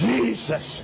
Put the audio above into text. Jesus